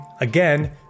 again